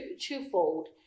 twofold